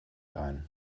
ein